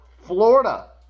Florida